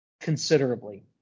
considerably